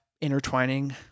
intertwining